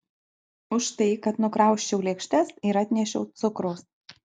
už tai kad nukrausčiau lėkštes ir atnešiau cukraus